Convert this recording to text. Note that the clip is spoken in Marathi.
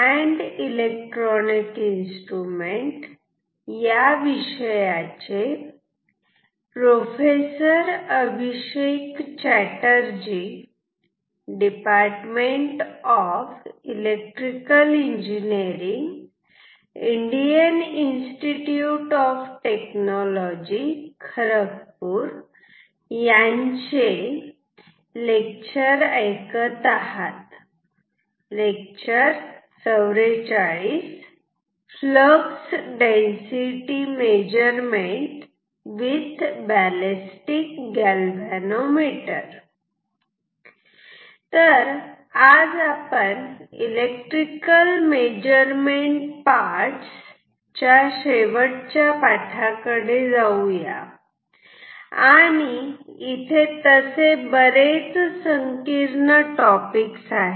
flux density measurement with ballistic galvanometer नमस्कार आज आपण इलेक्ट्रिकल मेजरमेंट पार्ट्स च्या शेवटच्या पाठा कडे जाऊ या आणि इथे तसे बरेच संकीर्ण टॉपिक्स आहेत